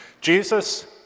Jesus